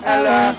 Ella